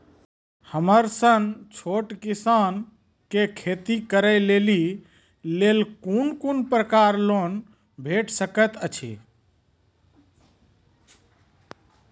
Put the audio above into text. हमर सन छोट किसान कअ खेती करै लेली लेल कून कून प्रकारक लोन भेट सकैत अछि?